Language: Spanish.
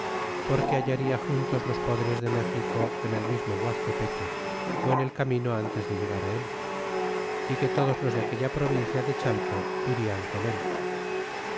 porque hallaria juntos los poderes de méxico en el mismo guaztepeque ó en el camino ntes de llegar él é que todos los de aquella provincia de chalco frian con él